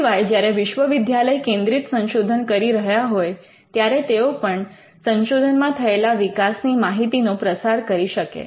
સિવાય જ્યારે વિશ્વવિદ્યાલય કેન્દ્રિત સંશોધન કરી રહ્યા હોય ત્યારે તેઓ પણ સંશોધનમાં થયેલા વિકાસની માહિતીનો પ્રસાર કરી શકે